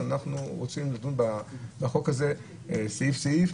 אנחנו רוצים לדון בחוק הזה סעיף-סעיף.